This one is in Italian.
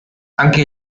anche